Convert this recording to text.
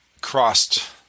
crossed